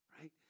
right